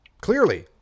Clearly